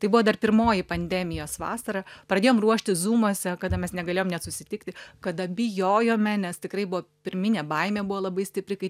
tai buvo dar pirmoji pandemijos vasara pradėjom ruoštis zūmuose kada mes negalėjom net susitikti kada bijojome nes tikrai buvo pirminė baimė buvo labai stipri kai